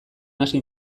hasi